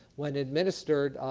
when administered,